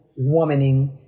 womaning